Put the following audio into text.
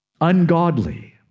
ungodly